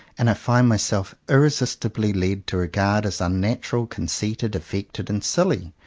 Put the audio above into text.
and i find myself ir resistibly led to regard as unnatural, con ceited, affected, and silly,